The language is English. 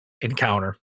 encounter